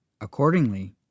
Accordingly